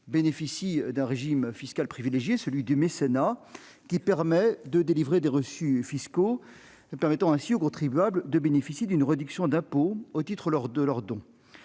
bénéficient d'un régime fiscal privilégié, celui du mécénat, qui permet de délivrer des reçus fiscaux aux contribuables afin de les faire bénéficier d'une réduction d'impôt au titre de leurs dons.